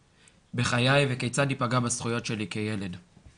בחיי וכיצד היא פגעה בזכויות שלי כילד.